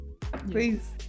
Please